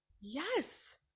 Yes